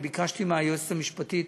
ביקשתי מהיועצת המשפטית